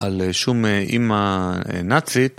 על שום אה, אימא אה... נאצית